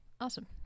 Awesome